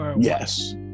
Yes